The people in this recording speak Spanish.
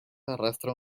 arrastra